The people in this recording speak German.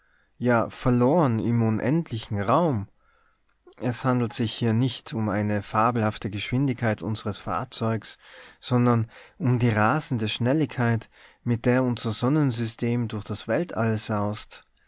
verloren im unendlichen raum es handelt sich hier nicht um eine fabelhafte geschwindigkeit unseres fahrzeugs sondern um die rasende schnelligkeit mit der unser sonnensystem durch das weltall saust